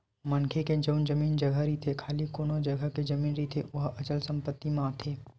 मनखे के जउन जमीन जघा रहिथे खाली कोनो जघा के जमीन रहिथे ओहा अचल संपत्ति म आथे